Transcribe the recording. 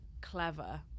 clever